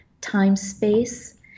time-space